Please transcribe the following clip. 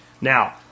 Now